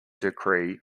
decree